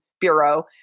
Bureau